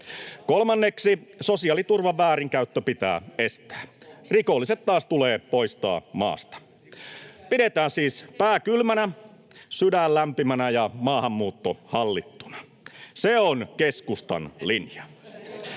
Kolmanneksi, sosiaaliturvan väärinkäyttö pitää estää. Rikolliset taas tulee poistaa maasta. Pidetään siis pää kylmänä, sydän lämpimänä ja maahanmuutto hallittuna. Se on keskustan linja.